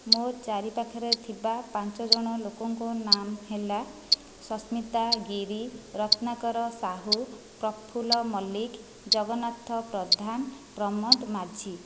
ମୋ ଚାରିପାଖରେ ଥିବା ପାଞ୍ଚଜଣ ଲୋକଙ୍କ ନାମ ହେଲା ସସ୍ମିତା ଗିରି ରତ୍ନାକର ସାହୁ ପ୍ରଫୁଲ୍ଲ ମଲ୍ଲିକ ଜଗନ୍ନାଥ ପ୍ରଧାନ ପ୍ରମୋଦ ମାଝି